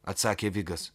atsakė vigas